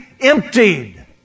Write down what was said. emptied